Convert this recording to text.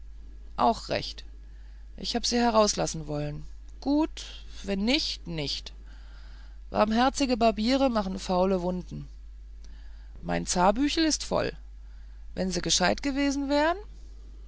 auch recht ich hab sie herauslassen wollen gut wenn nicht nicht barmherzige barbiere machen faule wunden mein zarbüchel ist voll wenn sie gescheit gewesen wären